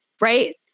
right